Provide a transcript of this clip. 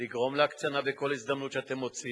לגרום להקצנה בכל הזדמנות שאתם מוצאים.